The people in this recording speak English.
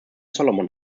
solomon